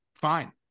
fine